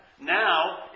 now